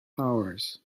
hours